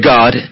God